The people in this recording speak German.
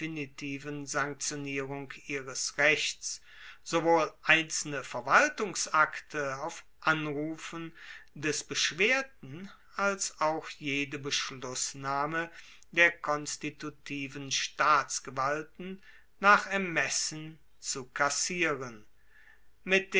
sanktionierung ihres rechts sowohl einzelne verwaltungsakte auf anrufen des beschwerten als auch jede beschlussnahme der konstitutiven staatsgewalten nach ermessen zu kassieren mit